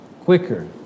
quicker